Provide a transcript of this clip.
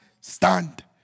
stand